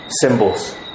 symbols